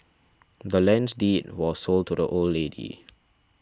the land's deed was sold to the old lady